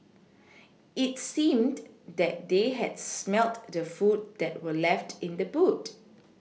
it seemed that they had smelt the food that were left in the boot